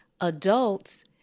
adults